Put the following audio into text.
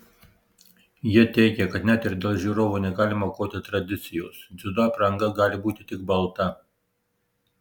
jie teigia kad net ir dėl žiūrovų negalima aukoti tradicijos dziudo apranga gali būti tik balta